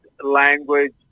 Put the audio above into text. language